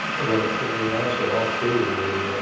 we're we're also all through the